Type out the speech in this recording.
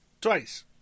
twice